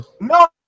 No